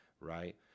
right